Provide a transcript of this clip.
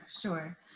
sure